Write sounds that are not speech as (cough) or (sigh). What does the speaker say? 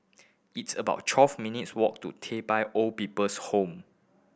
it's about twelve minutes' walk to (unintelligible) Old People's Home